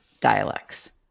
dialects